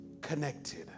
connected